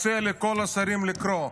מציע לכל השרים לקרוא.